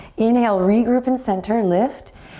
inhale, regroup and center, lift.